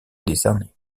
décerné